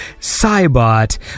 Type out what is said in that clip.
Cybot